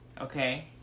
okay